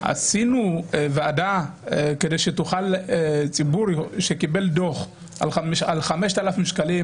עשינו ועדה כדי שציבור שקיבל דוח על 5,000 שקלים,